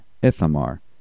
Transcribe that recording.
Ithamar